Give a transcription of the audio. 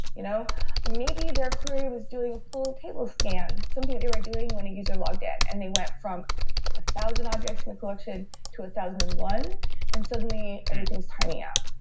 you know maybe their crew was doing full table scan, something that they were doing when a user logged in and they went from a thousand objects in the collection to a thousand and one and suddenly everything is timing out.